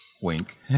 Wink